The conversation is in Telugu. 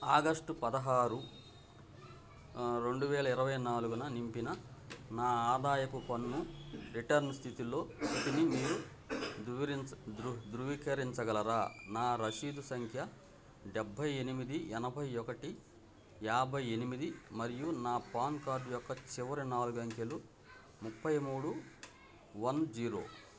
ఆగస్ట్ పదహారు రెండువేల ఇరవై నాలుగున నింపిన నా ఆదాయపు పన్ను రిటర్న్ స్థితిలో స్థితిని మీరు ధృవీకరించగలరా నా రసీదు సంఖ్య డెబ్బై ఎనిమిది ఎనభై ఒకటి యాభై ఎనిమిది మరియు నా పాన్ కార్డు యొక్క చివరి నాలుగు అంకెలు ముప్పై మూడు వన్ జీరో